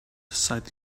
sighed